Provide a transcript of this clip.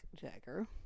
Jagger